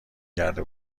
کرده